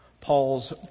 Paul's